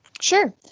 Sure